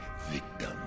victim